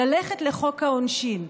ללכת לחוק העונשין,